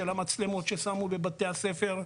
של מצלמות שהתקינו בבתי ספר,